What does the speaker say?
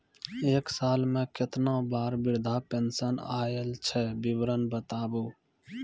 एक साल मे केतना बार वृद्धा पेंशन आयल छै विवरन बताबू?